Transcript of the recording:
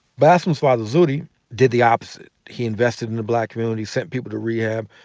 bassem's father zuhdi did the opposite. he invested in the black community, sent people to rehab,